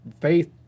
faith